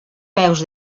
peus